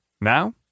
Now